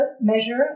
measure